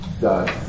God